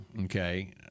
Okay